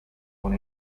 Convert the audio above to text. con